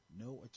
no